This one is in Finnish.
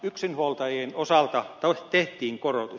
yksinhuoltajien osalta tehtiin korotus